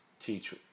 teach